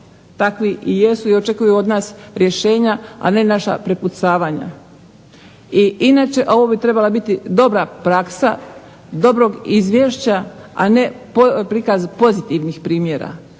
takvi i jesu i očekuju od nas rješenja, a ne naša prepucavanja. I inače ovo bi trebala biti dobra praksa dobrog izvješća, a ne pod oblika pozitivnih primjera.